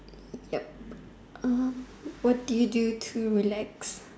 yep erm what do you do to relax